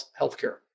healthcare